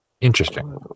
Interesting